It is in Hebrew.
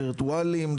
וירטואליים,